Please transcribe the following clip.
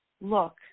Look